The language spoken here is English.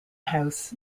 house